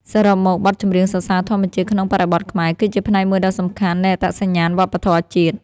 សរុបមក បទចម្រៀងសរសើរធម្មជាតិក្នុងបរិបទខ្មែរ គឺជាផ្នែកមួយដ៏សំខាន់នៃអត្តសញ្ញាណវប្បធម៌ជាតិ។